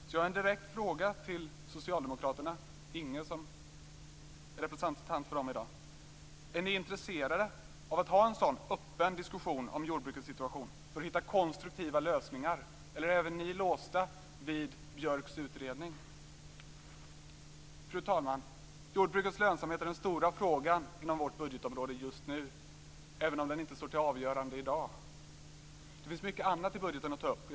Jag har en direkt fråga till socialdemokraternas företrädare i debatten Inge Carlsson: Är ni intresserade av att ha en sådan öppen diskussion om jordbrukets situation för att hitta konstruktiva lösningar eller är även ni låsta vid Björks utredning? Jordbrukets lönsamhet är den stora frågan inom vårt budgetområde just nu, även om det inte står till avgörande i dag. Det finns mycket annat i budgeten att ta upp.